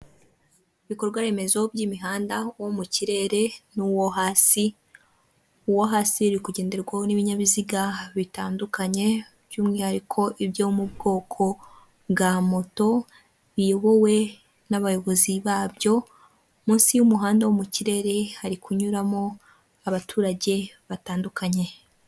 Ibikorwaremezo by'imihanda, uwo mu kirere n'uwo hasi. Uwo hasi uri kugenderwaho n'ibinyabiziga bitandukanye, by'umwihariko ibyo mu bwoko bwa moto biyobowe n'abayobozi babyo, munsi y'umuhanda wo mu kirere hari kunyuramo abaturage batandukanye.